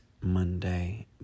Monday